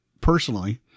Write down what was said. personally